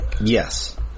Yes